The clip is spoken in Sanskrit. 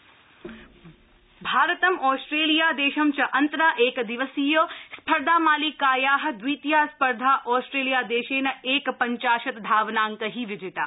क्रिकेट भारतं आस्ट्रेलिया देशं च अन्तरा एकदिवसीय स्पर्धामालिकाया द्वितीया स्पर्धा आस्ट्रेलिया देशेन एकपञ्चाशत् धावनाङ्कै विजिता